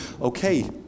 okay